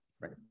right